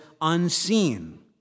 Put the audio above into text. unseen